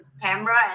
camera